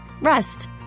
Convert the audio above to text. rest